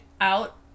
out